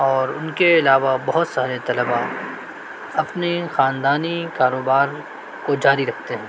اور ان کےعلاوہ بہت سارے طلباء اپنے خاندانی کاروبار کو جاری رکھتے ہیں